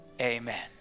Amen